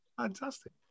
Fantastic